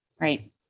right